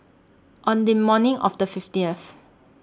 on The morning of The fifteenth